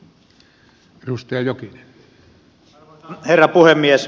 arvoisa herra puhemies